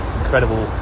incredible